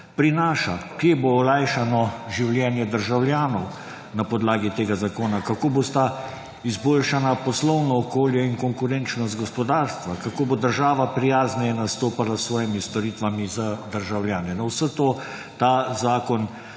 prinaša, kje bo olajšano življenje državljanov na podlagi tega zakona, kako bosta izboljšana poslovno okolje in konkurenčnost gospodarstva, kako bo država prijazneje nastopala s svojimi storitvami z državljani. **109. TRAK: